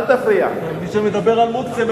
מי שמדבר על מוקצה.